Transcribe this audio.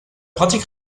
pratique